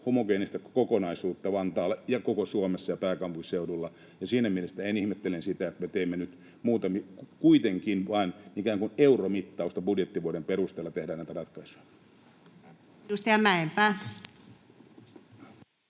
homogeenistä kokonaisuutta Vantaalle ja koko Suomessa ja pääkaupunkiseudulla, ja siinä mielessä ihmettelen sitä, kun me teemme nyt kuitenkin vain ikään kuin euromittausta, budjettivuoden perusteella tehdään näitä ratkaisuja.